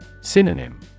Synonym